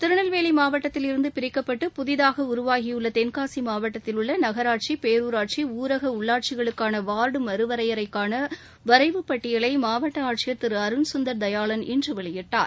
திருநெல்வேலி மாவட்டத்தில் இருந்து பிரிக்கப்பட்டு புதிதாக உருவாகியுள்ள தென்காசி மாவட்டத்தில் உள்ள நனாட்சி பேருராட்சி ஊரக உள்ளாட்சிகளுக்கான வார்டு மறுவரையறைக்கான வரைவு பட்டியலை மாவட்ட ஆட்சியர் திரு அருண் சுந்தர் தயாளன் இன்று வெளியிட்டார்